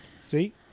See